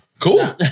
Cool